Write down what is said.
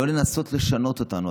לא לנסות לשנות אותנו.